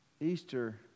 Easter